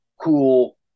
cool